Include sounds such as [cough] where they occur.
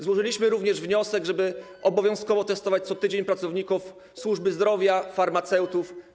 Złożyliśmy [noise] również wniosek, żeby obowiązkowo testować co tydzień pracowników służby zdrowia, farmaceutów.